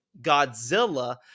Godzilla